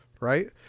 right